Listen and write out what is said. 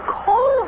call